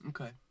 Okay